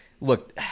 Look